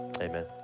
amen